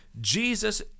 Jesus